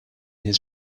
his